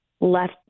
left